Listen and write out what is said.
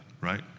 right